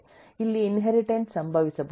ಅಲ್ಲಿ ಇನ್ಹೆರಿಟನ್ಸ್ ಸಂಭವಿಸಬಹುದು